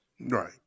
Right